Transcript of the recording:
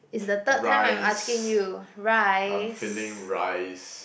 it's the third time I'm asking you rice